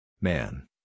Man